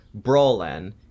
Brolin